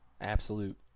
Absolute